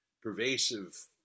pervasive